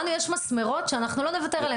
לנו יש מסמרות שאנחנו לא נוותר עליהם.